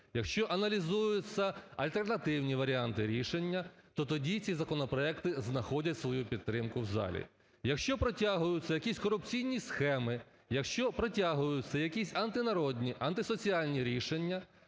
якщо аналізуються альтернативні варіанти рішення, то тоді ці законопроекти знаходять свою підтримку в залі. Якщо протягуються якісь корупційні схеми, якщо протягуються якісь антинародні, антисоціальні рішення,